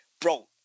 bro